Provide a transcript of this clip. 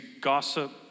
gossip